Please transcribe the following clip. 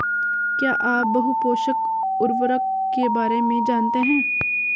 क्या आप बहुपोषक उर्वरक के बारे में जानते हैं?